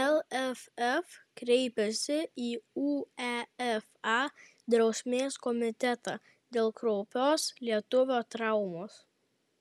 lff kreipėsi į uefa drausmės komitetą dėl kraupios lietuvio traumos